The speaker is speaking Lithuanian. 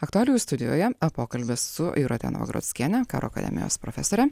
aktualijų studijoje pokalbis su jūrate novagrockiene karo akademijos profesore